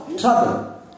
trouble